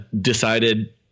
decided